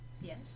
Yes